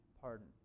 pardon